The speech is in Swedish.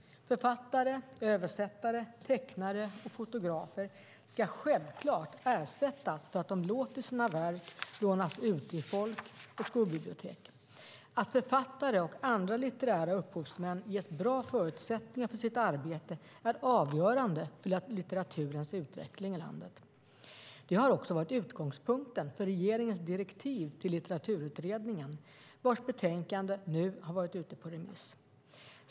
Författare, översättare, tecknare och fotografer ska självklart ersättas för att de låter sina verk lånas ut vid folk och skolbibliotek. Att författare och andra litterära upphovsmän ges bra förutsättningar för sitt arbete är avgörande för litteraturens utveckling i landet. Det har också varit utgångspunkten för regeringens direktiv till Litteraturutredningen, vars betänkande nu har varit ute på remiss.